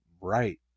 right